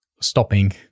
Stopping